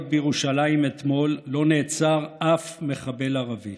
בירושלים אתמול לא נעצר אף מחבל ערבי.